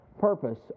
Purpose